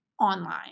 online